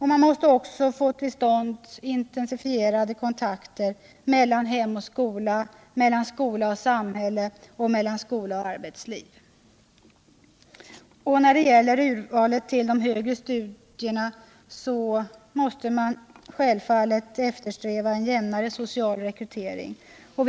Vidare måste intensifierade kontakter komma till stånd mellan hem och skola, mellan skola och samhälle samt mellan skola och arbetsliv. Vid urval till högre studier måste självfallet en jämnare social rekrytering eftersträvas.